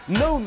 no